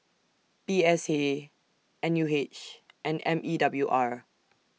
P S A N U H and M E W R